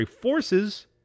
forces